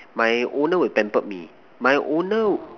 my owner will pamper me my owner